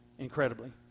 incredibly